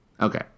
Okay